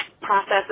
process